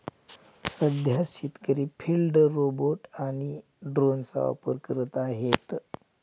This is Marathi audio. सध्या शेतकरी फिल्ड रोबोट आणि ड्रोनचा वापर करत आहेत